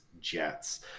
Jets